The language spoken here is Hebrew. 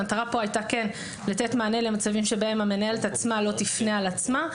המטרה כאן הייתה כן לתת מענה למצבים בהם המנהלת עצמה לא תפנה על עצמה,